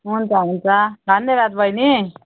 हुन्छ हुन्छ धन्यवाद बहिनी